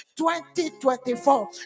2024